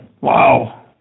wow